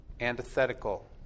antithetical